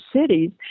cities